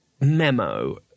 Memo